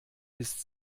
ist